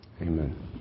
Amen